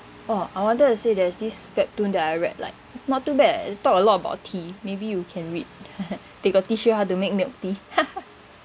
oh I wanted to say there's this webtoon that I read like not too bad eh it talk a lot about tea maybe you can read they got teach you how to make milk tea